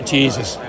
Jesus